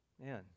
Man